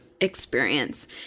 experience